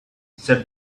said